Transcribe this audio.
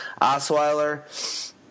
Osweiler